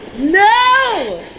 No